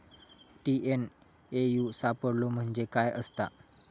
TNAU सापलो म्हणजे काय असतां?